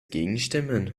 gegenstimmen